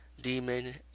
Demon